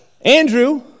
Andrew